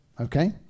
Okay